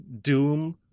Doom